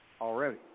already